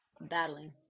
battling